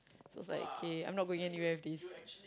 so like okay I'm not going anywhere with this